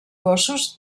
gossos